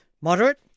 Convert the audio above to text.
Moderate